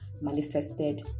manifested